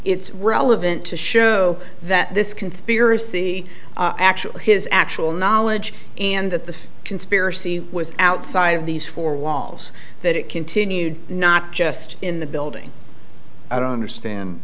it's relevant to show that this conspiracy actually his actual knowledge and that the conspiracy was outside of these four walls that it continued not just in the building i don't understand